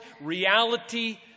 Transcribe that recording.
reality